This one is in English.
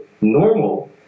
normal